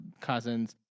cousins